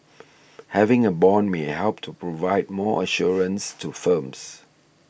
having a bond may help to provide more assurance to firms